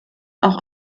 auch